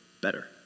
better